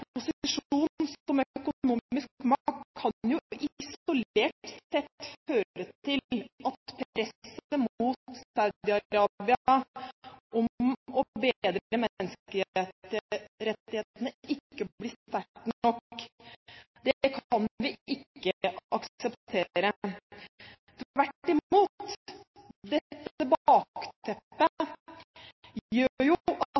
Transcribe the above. isolert sett kan føre til at presset mot Saudi-Arabia om å fremme menneskerettighetene ikke blir sterkt nok. Det kan vi ikke akseptere. Tvert imot, dette